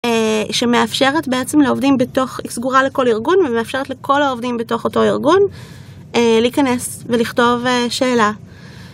שמאפשרת בעצם לעובדים בתוך, היא סגורה לכל ארגון ומאפשרת לכל העובדים בתוך אותו ארגון להיכנס ולכתוב שאלה.